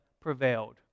prevailed